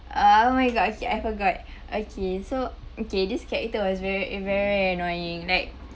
oh my god okay I forgot okay so okay this character was very very annoying like